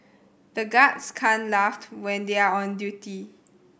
the guards can't laugh when they are on duty